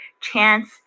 Chance